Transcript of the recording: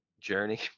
journey